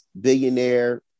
billionaire